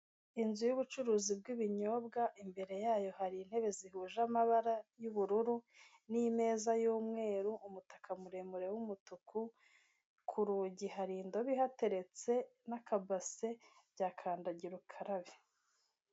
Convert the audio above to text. Inzu y'ubucuruzi bw'ibinyobwa, imbere yayo hari intebe zihuje amabara y'ubururu n'imeza y'umweru, umutaka muremure w'umutuku, ku rugi hari indobo ihateretse n'akabase bya kandagira ukarabe.